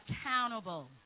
accountable